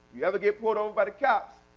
you ever get pulled over by the cops,